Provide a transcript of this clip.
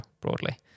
broadly